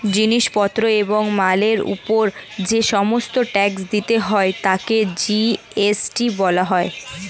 জিনিস পত্র এবং মালের উপর যে সমস্ত ট্যাক্স দিতে হয় তাকে জি.এস.টি বলা হয়